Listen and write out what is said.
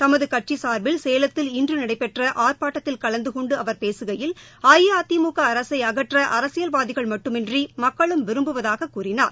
தமது கட்சி சார்பில் சேலத்தில் இன்று நடைபெற்ற ஆர்ப்பாட்டத்தில் கலந்து கொண்டு அவர் பேசுகையில் அஇஅதிமுக அரசை அகற்ற அரசியல்வாதிகள் மட்டுமன்றி மக்களும் விரும்புவதாகவும் கூறினார்